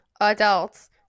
adults